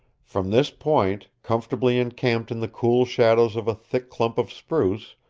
from this point, comfortably encamped in the cool shadows of a thick clump of spruce,